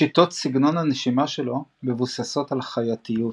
שיטות סגנון הנשימה שלו מבוססות על חייתיות.